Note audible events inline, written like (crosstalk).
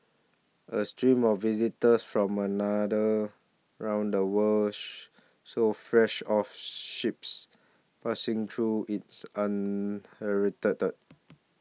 a stream of visitors from another round the world sold fresh off ships passing through its (unintelligible)